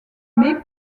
met